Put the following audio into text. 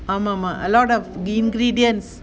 ஆமா ஆமா:ama ama a lot of ingredients